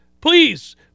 please